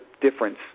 difference